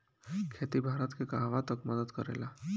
खेती भारत के कहवा तक मदत करे ला?